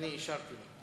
ואני אישרתי לו.